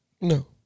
No